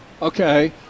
Okay